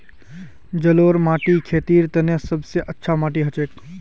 जलौढ़ माटी खेतीर तने सब स अच्छा माटी हछेक